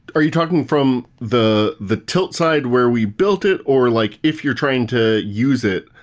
are you talking from the the tilt side where we built it, or like if you're trying to use it,